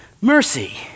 mercy